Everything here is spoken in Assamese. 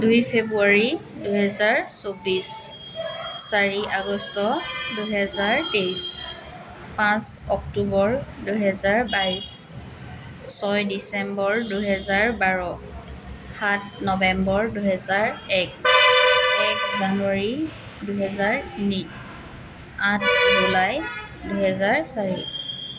দুই ফেব্ৰুৱাৰী দুহেজাৰ চৌব্বিছ চাৰি আগষ্ট দুহেজাৰ তেইছ পাঁচ অক্টোবৰ দুহেজাৰ বাইছ ছয় ডিচেম্বৰ দুহেজাৰ বাৰ সাত নৱেম্বৰ দুহেজাৰ এক এক জানুৱাৰী দুহেজাৰ তিনি আঠ জুলাই দুহেজাৰ চাৰি